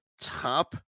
top